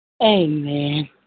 Amen